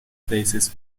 places